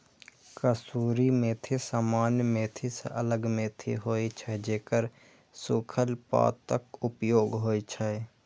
कसूरी मेथी सामान्य मेथी सं अलग मेथी होइ छै, जेकर सूखल पातक उपयोग होइ छै